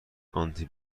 آنتی